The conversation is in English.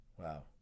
Wow